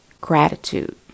gratitude